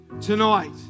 Tonight